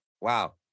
wow